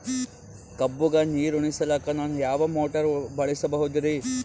ಕಬ್ಬುಗ ನೀರುಣಿಸಲಕ ನಾನು ಯಾವ ಮೋಟಾರ್ ಬಳಸಬಹುದರಿ?